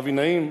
אבי נעים,